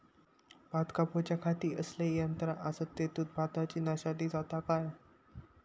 भात कापूच्या खाती कसले यांत्रा आसत आणि तेतुत भाताची नाशादी जाता काय?